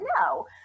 No